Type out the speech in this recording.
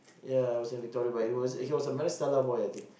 ya I was in Victoria but he was he was a Maris-Stella boy I think